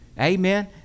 Amen